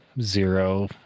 Zero